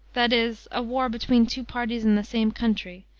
that is, a war between two parties in the same country,